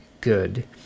good